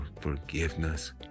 forgiveness